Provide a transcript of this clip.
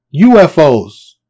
UFOs